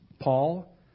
Paul